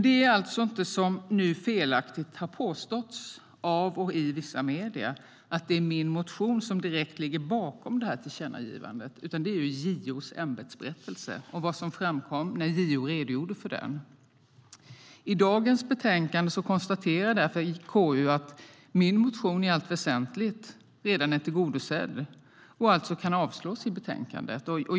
Det är alltså inte som felaktigt har påståtts av och i vissa medier att det är min motion som direkt ligger bakom tillkännagivandet utan det är JO:s ämbetsberättelse och det som framkom när JO redogjorde för den. I dagens betänkande konstaterar därför KU att min motion i allt väsentligt redan är tillgodosedd och alltså kan avstyrkas.